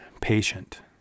patient